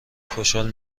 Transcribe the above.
خوشحال